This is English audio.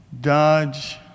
Dodge